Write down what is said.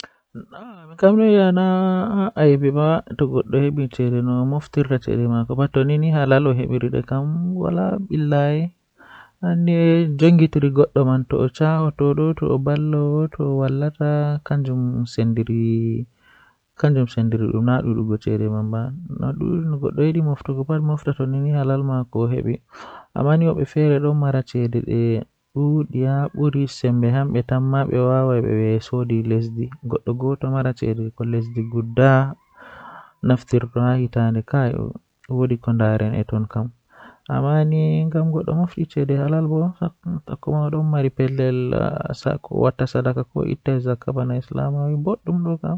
Fijirde jei mi ɓurɗaa wawuki kannjum woni Miɗo waɗi ɗum ko basketball, ngam mi jogii keewal e jaangugol. Miɗo yiɗi njogii waawugol faalaa kala buggol e jeewtude ko laaɓɗe, tawi mi faala waawugol e jogguɗe. Miɗo yiɗi kaɗɗo ko mbadii njillawdi ngal.